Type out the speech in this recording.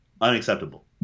unacceptable